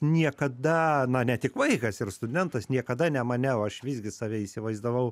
niekada na ne tik vaikas ir studentas niekada nemaniau aš visgi save įsivaizdavau